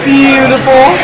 beautiful